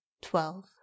twelve